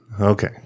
Okay